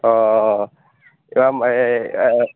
অঁ